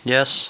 Yes